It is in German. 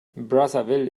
brazzaville